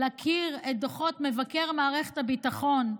להכיר את דוחות מבקר מערכת הביטחון.